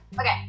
Okay